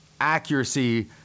accuracy